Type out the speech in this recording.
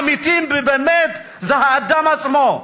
הסקרים האמיתיים באמת זה האדם עצמו.